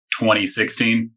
2016